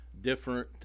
different